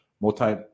multi